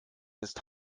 ist